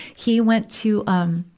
he went to, um,